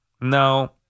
no